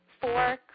Four